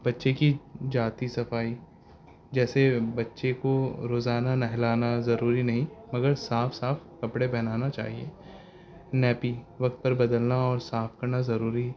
بچے کی جاتی صفائی جیسے بچے کو روزانہ نہلانا ضروری نہیں مگر صاف صاف کپڑے پہنانا چاہیے نیپی وقت پر بدلنا اور صاف کرنا ضروری